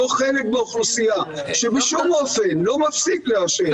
אותו חלק באוכלוסייה שבשום אופן לא מפסיק לעשן,